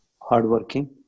hardworking